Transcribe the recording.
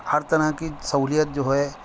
ہر طرح کی سہولت جو ہے